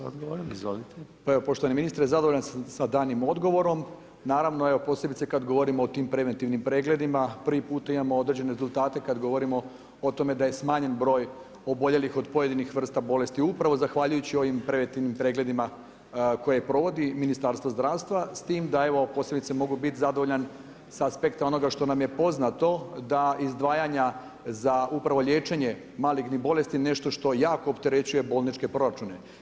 Pa evo, poštovani ministre zadovoljan sam sa danim odgovorom naravno evo posebice kad govorimo o tim preventivnim pregledima, prvi puta imamo određene rezultate kad govorimo o tome da je smanjen broj oboljelih od pojedinih vrsta bolesti upravo zahvaljujući ovim preventivnim pregledima koje provodi Ministarstvo zdravstva, s tim da evo posebice mogu biti zadovoljan sa aspekta onoga što nam je poznato da izdvajanja za upravo liječenje malignih bolesti nešto što jako opterećuje bolničke proračune.